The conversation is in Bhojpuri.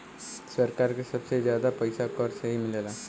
सरकार के सबसे जादा पइसा कर से ही मिलला